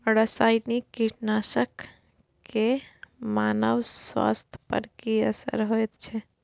रसायनिक कीटनासक के मानव स्वास्थ्य पर की असर होयत छै?